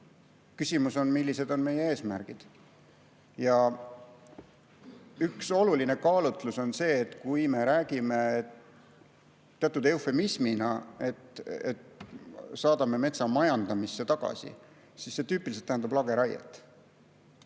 Küsimus on, millised on meie eesmärgid. Üks oluline kaalutlus on see, et kui me teatud eufemismina räägime, et saadame metsa majandamisse tagasi, siis see tüüpiliselt tähendab lageraiet.